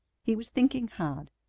he was thinking hard.